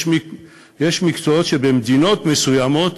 יש מקצועות שבמדינות מסוימות